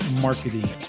marketing